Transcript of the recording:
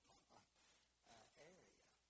area